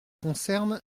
concerne